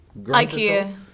Ikea